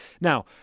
Now